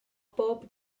bob